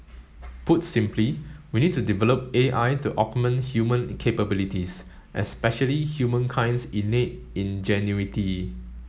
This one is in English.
put simply we need to develop A I to augment human capabilities especially humankind's innate ingenuity